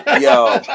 Yo